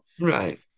Right